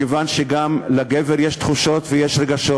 מכיוון שגם לגבר יש תחושות ויש רגשות.